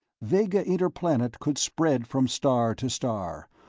vega interplanet could spread from star to star,